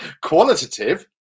qualitative